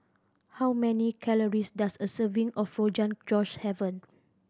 how many calories does a serving of Rogan Josh have